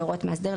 בהוראות מאסדר,